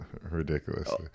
ridiculously